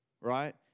right